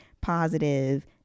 positive